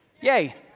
yay